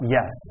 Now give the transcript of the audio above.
Yes